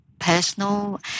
personal